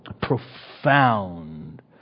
profound